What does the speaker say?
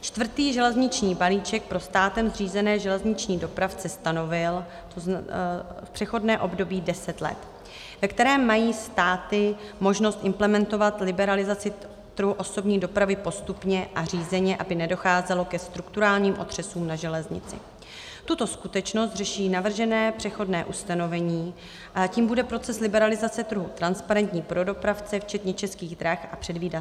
Čtvrtý železniční balíček pro státem zřízené železniční dopravce stanovil přechodné období deset let, ve kterém mají státy možnost implementovat liberalizaci trhu osobní dopravy postupně a řízeně, aby nedocházelo ke strukturálním otřesům na železnici tuto skutečnost řeší navržené přechodné ustanovení a tím bude proces liberalizace trhu transparentní pro dopravce včetně Českých drah a předvídatelný.